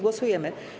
Głosujemy.